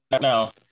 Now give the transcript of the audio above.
no